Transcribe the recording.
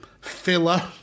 filler